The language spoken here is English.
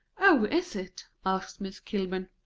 oh, is it? asked miss kilburn.